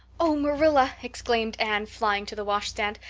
oh, marilla, exclaimed anne, flying to the washstand.